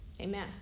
Amen